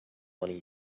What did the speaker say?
money